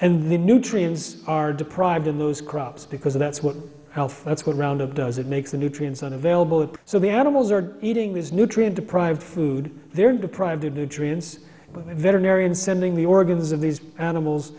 the nutrients are deprived of those crops because that's what healthy that's what round up does it makes the nutrients unavailable so the animals are eating these nutrient deprived food they're deprived of nutrients with veterinarian sending the organs of these animals